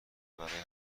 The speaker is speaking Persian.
برای